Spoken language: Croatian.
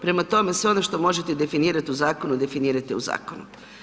Prema tome sve ono što možete definirati u zakonu, definirajte u zakonu.